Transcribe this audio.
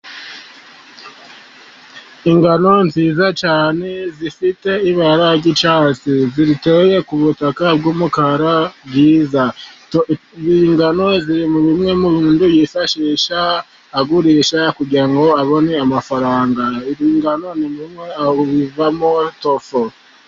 Ingano nziza cyane zifite ibara ry'incyasi, ziteye ku butaka bw'umukara bwiza, ingano ziriri muri bimwe umuntu yifashisha agurisha kugira ngo abone amafaranga. Ingano zivamo tofu.